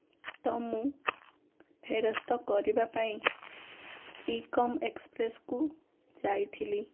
ତ ମୁଁ ଫେରସ୍ତ କରିବା ପାଇଁ ଇକମ୍ ଏକ୍ସପ୍ରେସ୍ କୁ ଯାଇଥିଲି